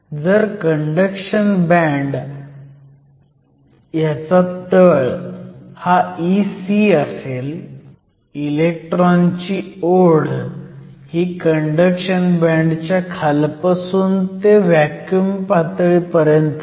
जर conduction band चा तळ हा Ec असेल इलेक्ट्रॉन ची ओढ ही कंडक्शन बँडच्या खालपासून ते व्हॅक्युम पातळीपर्यंत आहे